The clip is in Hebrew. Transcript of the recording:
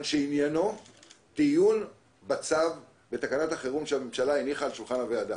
שעניינו דיון בהחלטה שהממשלה הניחה על שולחן הוועדה.